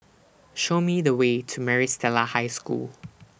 Show Me The Way to Maris Stella High School